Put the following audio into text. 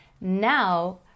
now